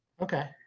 Okay